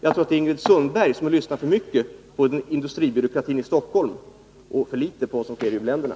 Jag tror att Ingrid Sundberg har lyssnat för mycket på industribyråkratin i Stockholm och för litet på vad som sägs i u-länderna.